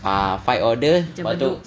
ah five order lepas tu